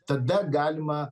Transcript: tada galima